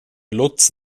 lutz